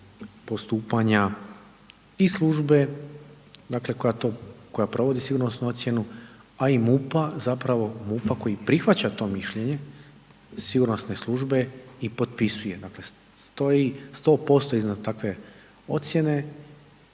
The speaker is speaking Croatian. postupanja i službe koja provodi sigurnosnu ocjenu, a i MUP-a koji prihvaća to mišljenje sigurnosne službe i potpisuje, dakle stoji 100% iznad takve ocjene